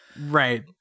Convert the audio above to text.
right